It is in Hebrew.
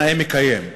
נאה מקיים"?